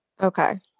Okay